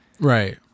Right